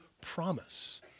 promise